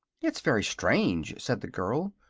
it's very strange, said the girl.